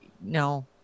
no